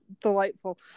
delightful